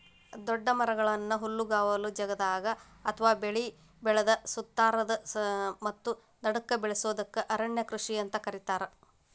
ದೊಡ್ಡ ಮರಗಳನ್ನ ಹುಲ್ಲುಗಾವಲ ಜಗದಾಗ ಅತ್ವಾ ಬೆಳಿ ಬೆಳದ ಸುತ್ತಾರದ ಮತ್ತ ನಡಕ್ಕ ಬೆಳಸೋದಕ್ಕ ಅರಣ್ಯ ಕೃಷಿ ಅಂತ ಕರೇತಾರ